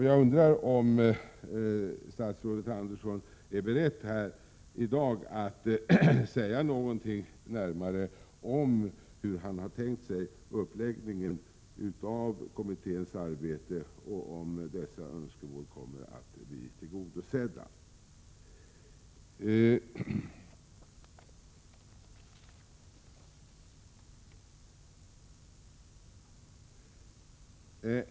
Jag undrar om statsrådet Andersson är beredd att här i dag säga någonting närmare om hur han har tänkt sig uppläggningen av kommitténs arbete och om dessa önskemål kommer att bli tillgodosedda.